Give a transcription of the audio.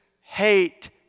hate